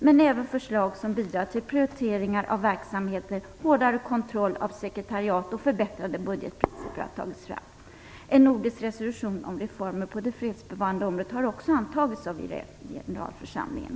Men även förslag som bidrar till prioriteringar av verksamheten, hårdare kontroll av sekretariatet och förbättrad budgetdisciplin har tagits fram. En nordisk resolution om reformer på det fredsbevarande området har också antagits av generalförsamlingen.